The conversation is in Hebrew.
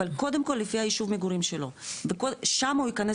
אבל קודם כל לפי הישוב מגורים שלו ושם הוא יכנס